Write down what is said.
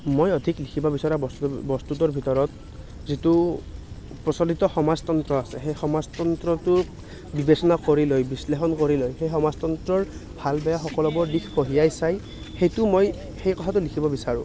মই অধিক লিখিব বিচৰা বস্তুটোৰ ভিতৰত যিটো প্ৰচলিত সমাজতন্ত্ৰ আছে সেই সমাজতন্ত্ৰটো বিবেচনা কৰি লৈ বিশ্লেষণ কৰি লৈ সেই সমাজতন্ত্ৰৰ ভাল বেয়া সকলোবোৰ দিশ কঢ়িয়াই চাই সেইটো মই সেই কথাটো লিখিব বিচাৰোঁ